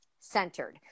centered